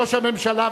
ראש הממשלה,